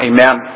Amen